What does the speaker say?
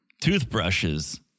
Toothbrushes